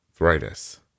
arthritis